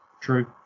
True